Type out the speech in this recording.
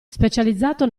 specializzato